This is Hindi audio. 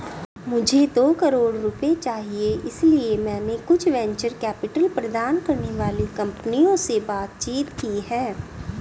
मुझे दो करोड़ रुपए चाहिए इसलिए मैंने कुछ वेंचर कैपिटल प्रदान करने वाली कंपनियों से बातचीत की है